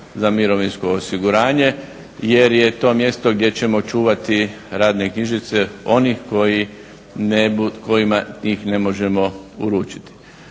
dostaviti u HZMO jer je to mjesto gdje ćemo čuvati radne knjižice onih kojima njih ne možemo uručiti.